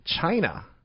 China